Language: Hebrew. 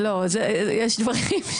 לא נשאיר,